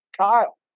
Kyle